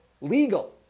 legal